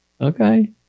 Okay